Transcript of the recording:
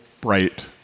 bright